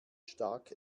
stark